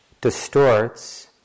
distorts